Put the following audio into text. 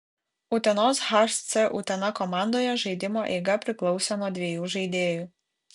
utenos hc utena komandoje žaidimo eiga priklausė nuo dviejų žaidėjų